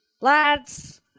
lads